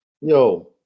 Yo